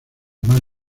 mano